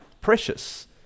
precious